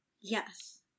Yes